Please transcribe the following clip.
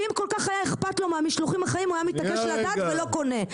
ואם כל כך היה אכפת לו מהמשלוחים החיים הוא היה מתעקש לדעת ולא קונה.